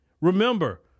Remember